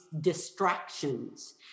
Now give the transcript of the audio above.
distractions